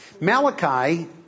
Malachi